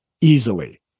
easily